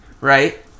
right